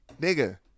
Nigga